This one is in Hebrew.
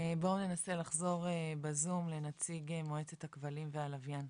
בוא ננסה לחזור בזום לנציג מועצת הכבלים והלוויין.